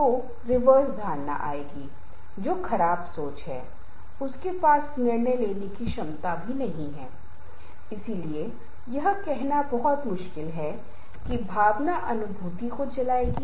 इसलिए किसी को किसी की संस्कृति या धर्म के बारे में टिप्पणी करने से बचने की कोशिश करनी चाहिए और हम देख सकते हैं कि दुनिया भर में ये मुद्दे धर्म और संस्कृति से संबंधित बहुत गंभीर होते जा रहे हैं